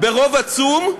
ברוב עצום,